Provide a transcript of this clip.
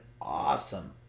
awesome